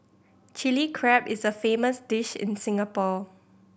Chilli Crab is a famous dish in Singapore